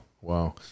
Wow